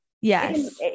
Yes